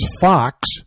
Fox